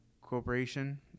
corporation